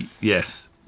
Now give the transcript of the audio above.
yes